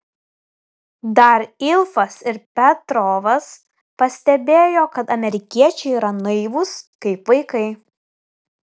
dar ilfas ir petrovas pastebėjo kad amerikiečiai yra naivūs kaip vaikai